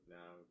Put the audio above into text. now